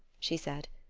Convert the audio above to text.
she said.